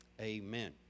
amen